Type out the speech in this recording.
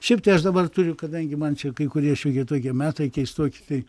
šiaip tai aš dabar turiu kadangi man čia kai kurie šiokie tokie metai keistoki tai